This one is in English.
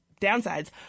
downsides